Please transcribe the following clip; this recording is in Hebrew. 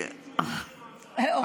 אתה